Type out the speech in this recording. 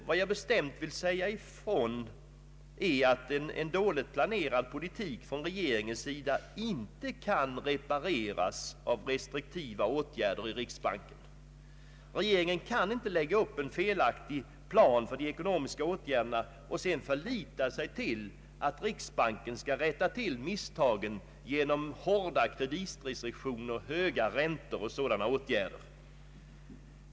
Vad jag bestämt vill säga ifrån är att en dåligt planerad politik från regeringens sida inte kan repareras av restriktiva åtgärder från riksbanken. Regeringen kan inte lägga upp en felaktig plan för de ekonomiska åtgärderna och sedan förlita sig på att riksbanken skall rätta till misstagen genom hårda kreditrestriktioner, höga räntor och sådana åtgärder.